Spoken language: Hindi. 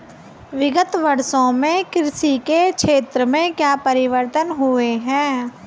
विगत वर्षों में कृषि के क्षेत्र में क्या परिवर्तन हुए हैं?